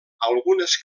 algunes